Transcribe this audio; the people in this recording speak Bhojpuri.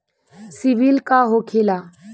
सीबील का होखेला?